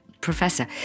professor